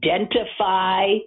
identify